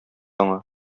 аңа